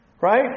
Right